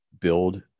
build